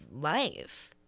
life